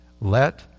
let